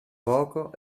poco